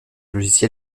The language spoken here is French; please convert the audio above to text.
logiciel